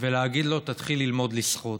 ולהגיד לו: תתחיל ללמוד לשחות.